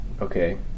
okay